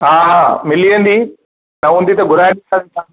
हा मिली वेंदी न हूंदी त घुराए ॾींदासीं तव्हां खे